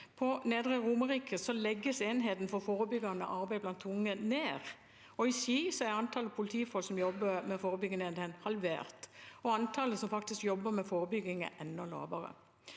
På Nedre Romerike legges enheten for forebyggende arbeid blant unge ned, og i Ski er antallet politifolk som jobber ved forebyggende enhet, halvert. Antallet som faktisk jobber med forebygging, er enda lavere.